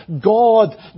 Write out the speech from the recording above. God